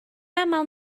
aml